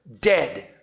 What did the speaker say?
dead